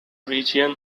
region